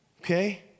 Okay